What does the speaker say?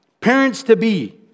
parents-to-be